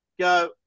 go